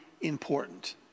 important